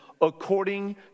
according